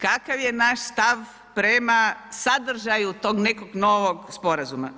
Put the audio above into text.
Kakav je naš stav prema sadržaju tog nekog novog sporazuma?